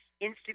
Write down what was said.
Instagram